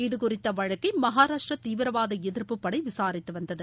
இதுகுறித்த வழக்கை மஹாராஷ்டிர தீவிரவாத எதிர்ப்பு படை விசாரித்து வந்தது